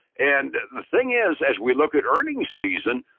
and the thing is, as we look at earnings season,